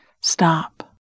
stop